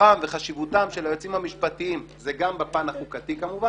כוחם וחשיבותם של היועצים המשפטיים הוא גם בפן החוקתי כמובן,